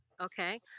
Okay